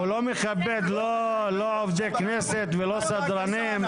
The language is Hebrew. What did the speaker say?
הוא לא מכבד לא עובדי כנסת ולא סדרנים.